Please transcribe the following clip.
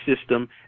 system